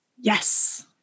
Yes